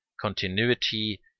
Continuity